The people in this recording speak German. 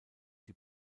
die